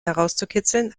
herauszukitzeln